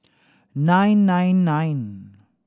nine nine nine